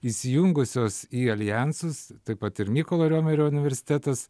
įsijungusios į aljansus taip pat ir mykolo romerio universitetas